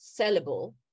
sellable